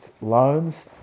loans